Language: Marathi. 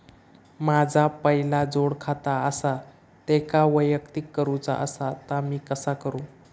माझा पहिला जोडखाता आसा त्याका वैयक्तिक करूचा असा ता मी कसा करू?